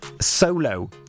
solo